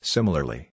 Similarly